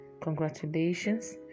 Congratulations